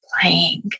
playing